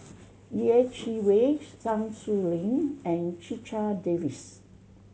Yeh Chi Wei Sun Xueling and Checha Davies